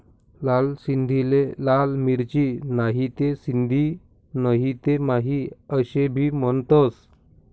लाल सिंधीले लाल मिरची, नहीते सिंधी नहीते माही आशे भी म्हनतंस